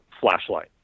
flashlight